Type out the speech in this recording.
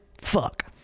Fuck